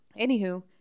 anywho